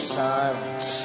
silence